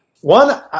One